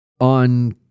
on